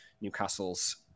Newcastle's